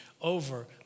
over